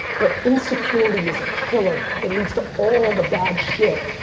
but insecurity is a killer. it leads to all the bad shit.